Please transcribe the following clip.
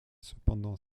cependant